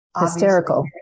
hysterical